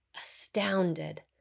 astounded